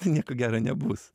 nieko gero nebus